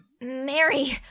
Mary